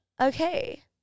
Okay